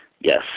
Yes